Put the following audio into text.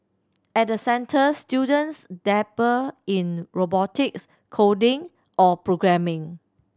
at the centres students dabble in robotics coding or programming